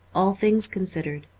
all things considered